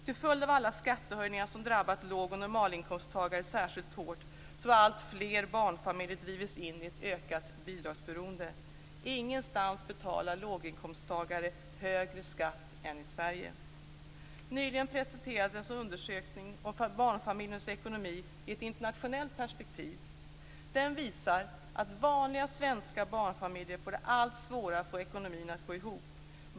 Till följd av alla skattehöjningar som drabbat lågoch normalinkomsttagare särskilt hårt, så har alltfler familjer drivits in i ett ökat bidragsberoende. Ingenstans betalar låginkomsttagare högre skatt än i Sverige. Nyligen presenterades en undersökning om barnfamiljernas ekonomi i ett internationellt perspektiv. Den visar att vanliga svenska barnfamiljer får det allt svårare att få ekonomin att gå ihop.